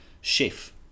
chef